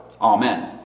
Amen